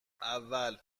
اول